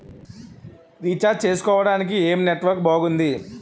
Recharge చేసుకోవటానికి ఏం network బాగుంది?